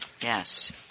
Yes